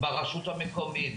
ברשות המקומית,